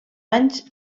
anys